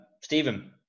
Stephen